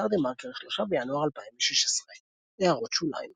באתר TheMarker, 3 בינואר 2016 == הערות שוליים ==